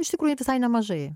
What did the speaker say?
iš tikrųjų visai nemažai